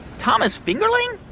thomas fingerling?